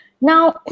Now